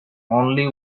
only